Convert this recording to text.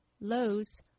Lowe's